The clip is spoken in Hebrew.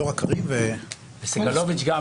גם סגלוביץ'.